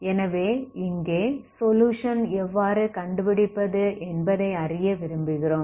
எனவே இங்கே சொலுயுஷன் எவ்வாறு கண்டுபிடிப்பது என்பதை அறிய விரும்புகிறோம்